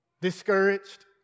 discouraged